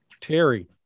Terry